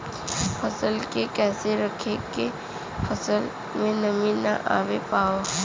फसल के कैसे रखे की फसल में नमी ना आवा पाव?